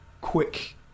quick